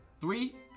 Three